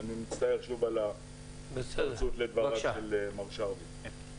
אני מצטער שוב על ההתפרצות לדבריו של מר שרביט.